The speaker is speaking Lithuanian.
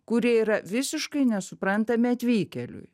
kurie yra visiškai nesuprantami atvykėliui